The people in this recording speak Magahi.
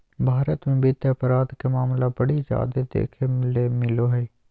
भारत मे वित्त अपराध के मामला बड़ी जादे देखे ले मिलो हय